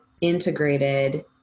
integrated